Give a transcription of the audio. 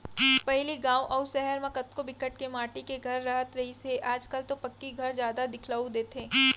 पहिली गाँव अउ सहर म कोती बिकट के माटी के घर राहत रिहिस हे आज कल तो पक्की घर जादा दिखउल देथे